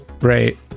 Right